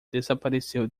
desapareceu